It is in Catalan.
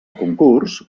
concurs